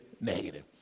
negative